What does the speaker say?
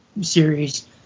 series